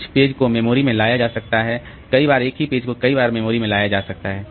कुछ पेज को मेमोरी में लाया जा सकता है कई बार एक ही पेज को कई बार मेमोरी में लाया जा सकता है